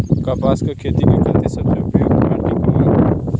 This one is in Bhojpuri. कपास क खेती के खातिर सबसे उपयुक्त माटी कवन ह?